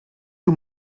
you